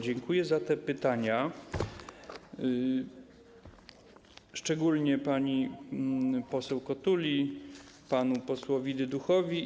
Dziękuję za te pytania, szczególnie pani poseł Kotuli, panu posłowi Dyduchowi.